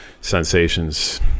sensations